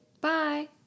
Bye